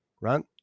right